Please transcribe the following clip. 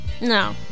No